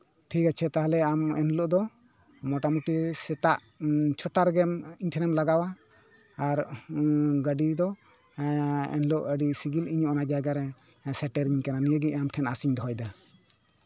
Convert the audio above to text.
ᱴᱷᱤᱠ ᱟᱪᱷᱮ ᱛᱟᱦᱞᱮ ᱟᱢ ᱮᱱ ᱦᱤᱞᱳᱜ ᱫᱚ ᱢᱳᱴᱟᱢᱩᱴᱤ ᱥᱮᱛᱟᱜ ᱪᱷᱚᱴᱟ ᱨᱮᱜᱮᱢ ᱤᱧ ᱴᱷᱮᱱᱮᱢ ᱞᱟᱜᱟᱣᱟ ᱟᱨ ᱜᱟᱹᱰᱤ ᱫᱚ ᱮᱱ ᱦᱤᱞᱳᱜ ᱟᱹᱰᱤ ᱥᱤᱜᱤᱞ ᱤᱧ ᱚᱱᱟ ᱡᱟᱭᱜᱟ ᱨᱮ ᱥᱮᱴᱮᱨᱤᱧ ᱠᱟᱱᱟ ᱱᱤᱭᱟᱹᱜᱮ ᱟᱢ ᱴᱷᱮᱱ ᱟᱸᱥ ᱤᱧ ᱫᱚᱦᱚᱭ ᱫᱟ